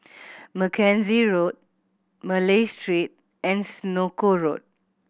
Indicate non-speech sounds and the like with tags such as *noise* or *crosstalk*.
*noise* Mackenzie Road Malay Street and Senoko Road